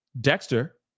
Dexter